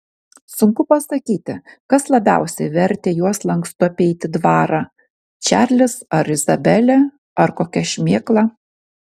sunku pasakyti kas labiausiai vertė juos lankstu apeiti dvarą čarlis ar izabelė ar kokia šmėkla